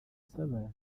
saba